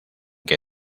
que